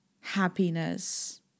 happiness